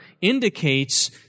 indicates